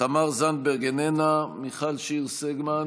תמר זנדברג, איננה, מיכל שיר סגמן,